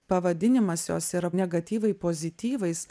pavadinimas jos yra negatyvai pozityvais